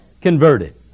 converted